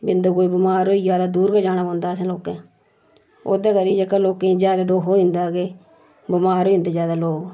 बिंद'क कोई बमार होई गेआ तां दूर गै जाना पौंदा असें लोकें ओह्दे करी जेह्का लोकें गी ज्यादा दुक्ख होई जंदा के बमार होई जंदे ज्यादा लोक